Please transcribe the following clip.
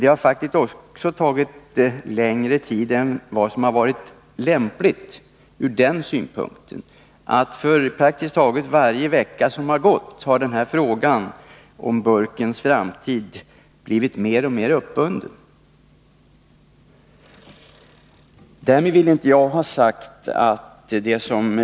Det har faktiskt också tagit längre tid än vad som har varit lämpligt ur den synpunkten att frågan om burkens framtid för praktiskt taget varje vecka som gått blivit mer och mer uppbunden.